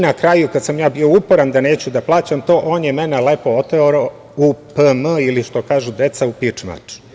Na kraju, kada sam bio uporan da neću da plaćam to, on je mene lepo oterao u „pm“ ili što kažu deca u „pič mač“